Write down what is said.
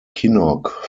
kinnock